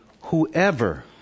Whoever